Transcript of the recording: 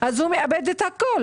אז הוא מאבד את הכל.